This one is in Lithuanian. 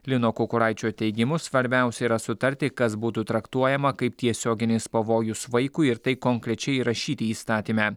lino kukuraičio teigimu svarbiausia yra sutarti kas būtų traktuojama kaip tiesioginis pavojus vaikui ir tai konkrečiai įrašyti įstatyme